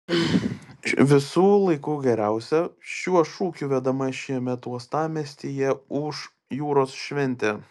visų laikų geriausia šiuo šūkiu vedama šiemet uostamiestyje ūš jūros šventė